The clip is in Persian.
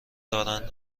دارند